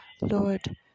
Lord